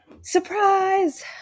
Surprise